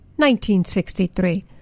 1963